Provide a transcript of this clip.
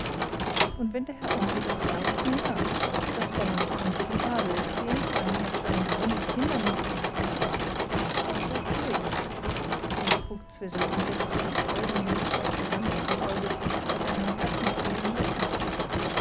und wenn der herr onkel das weiß nun ja das fräulein ist von gutem adel ich sehe nicht ein was für ein besonderes hindernis weiß gott so tu ich rief brktzwisl und setzte vor freuden den respekt so ganz aus dem auge daß er einen katzensprung in die luft machte